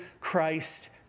Christ